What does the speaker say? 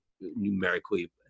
numerically